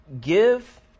give